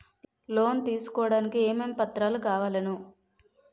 Loan తీసుకోడానికి ఏమేం పత్రాలు కావలెను?